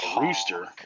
rooster